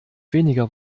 weniger